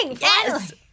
yes